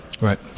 Right